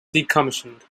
decommissioned